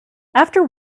after